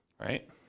right